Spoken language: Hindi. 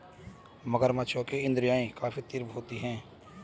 मगरमच्छों की इंद्रियाँ काफी तीव्र होती हैं